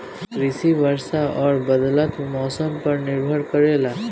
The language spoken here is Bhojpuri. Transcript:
कृषि वर्षा और बदलत मौसम पर निर्भर करेला